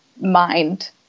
mind